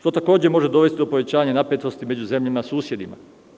To takođe može dovesti do povećanja napetosti među zemljama susedima.